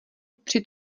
při